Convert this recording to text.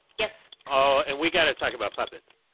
yes. oh, and we gotta talk about puppets.